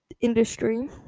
industry